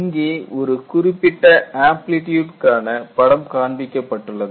இங்கே ஒரு குறிப்பிட்ட ஆம்ப்லிட்யூட் க்கான படம் காண்பிக்கப்பட்டுள்ளது